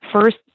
First